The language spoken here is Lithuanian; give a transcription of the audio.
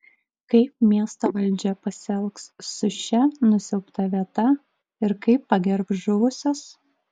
kaip miesto valdžia pasielgs su šia nusiaubta vieta ir kaip pagerbs žuvusius